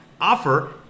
offer